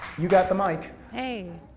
you got the mic. hey,